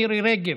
מירי רגב,